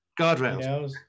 guardrails